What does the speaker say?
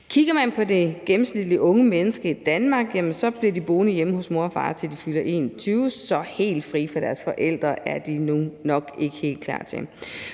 Kigger man på det gennemsnitlige unge menneske i Danmark, bliver de boende hjemme hos mor og far, til de fylder 21, så helt fri af deres forældre er de nu nok ikke helt klar til